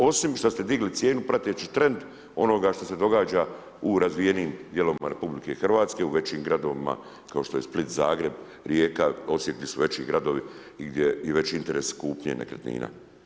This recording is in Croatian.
Osim šta ste digli cijenu prateći trend onoga što se događa u razvijenim dijelovima RH, u većim gradovima kao što je Split, Zagreb, Rijeka, Osijek di su veći gradovi i gdje je veći interes kupnje nekretnina.